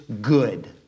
good